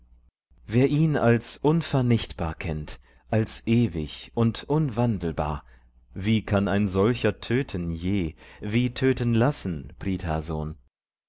wer ihn als unvernichtbar kennt als ewig und unwandelbar wie kann ein solcher töten je wie töten lassen